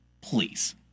please